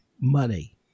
money